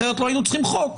אחרת לא היינו צריכים חוק.